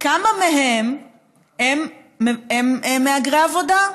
כמה מהם הם מהגרי עבודה?